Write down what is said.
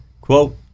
quote